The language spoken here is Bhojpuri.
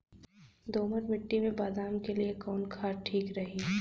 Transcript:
दोमट मिट्टी मे बादाम के लिए कवन खाद ठीक रही?